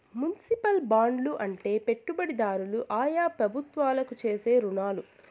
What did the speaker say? municipal బాండ్లు అంటే పెట్టుబడిదారులు ఆయా ప్రభుత్వాలకు చేసే రుణాలు